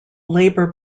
labor